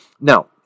Now